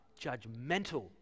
judgmental